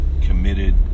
committed